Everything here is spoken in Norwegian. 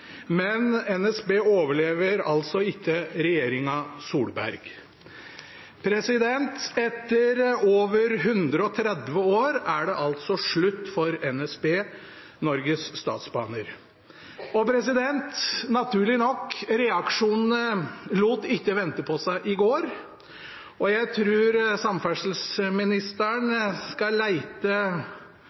Men NSB overlever ikke regjeringen Solberg. Etter over 130 år er det altså slutt for NSB, Norges Statsbaner. Naturlig nok lot ikke reaksjonene vente på seg i går. Jeg tror samferdselsministeren skal